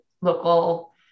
local